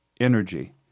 energy